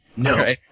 No